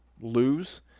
lose